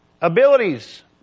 abilities